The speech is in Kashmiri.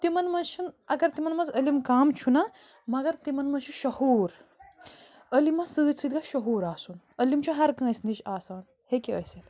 تِمن منٛز چھُنہٕ اگر تِمن منٛز علم کَم چھُ نا مگر تِمن منٛز چھُ شعوٗر علمَس سۭتۍ سۭتۍ گژھہِ شعوٗر آسُن علم چھُ ہر کٲنٛسہِ نَش آسان ہیٚکہِ ٲسِتھ